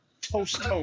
Toast